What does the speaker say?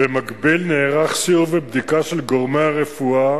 2. במקביל נערכו סיור ובדיקה של גורמי הרפואה